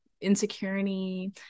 insecurity